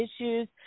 issues